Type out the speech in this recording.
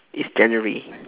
it's january